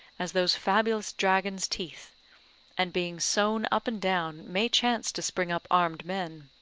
as those fabulous dragon's teeth and being sown up and down, may chance to spring up armed men.